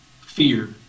fear